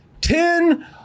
Ten